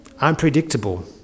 unpredictable